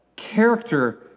Character